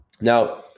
Now